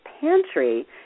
pantry